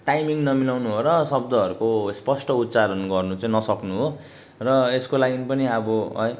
timing नमिलाउनु हो र शब्दहरूको स्पष्ट उच्चारण गर्नु चाहिँ नसक्नु हो र यसको लागि पनि अब है